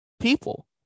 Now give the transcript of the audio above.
people